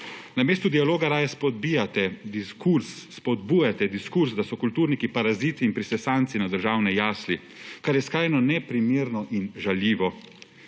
namesto dialoga raje spodbujate diskurz, da so kulturniki paraziti in prisesanci na državne jasli, kar je skrajno neprimerno in žaljivo.